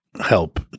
help